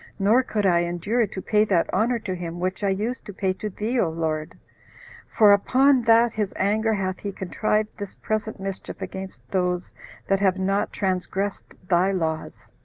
nor could i endure to pay that honor to him which i used to pay to thee, o lord for upon that his anger hath he contrived this present mischief against those that have not transgressed thy laws.